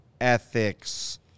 ethics